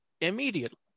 immediately